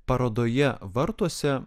parodoje vartuose